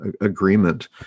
agreement